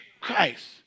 Christ